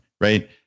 right